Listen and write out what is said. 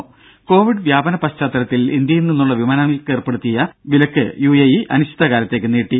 രുര കോവിഡ് വ്യാപനപശ്ചാത്തലത്തിൽ ഇന്ത്യയിൽ നിന്നുള്ള വിമാനങ്ങൾക്കേർപ്പെടുത്തിയ വിലക്ക് അനിശ്ചിതകാലത്തേക്ക് നീട്ടി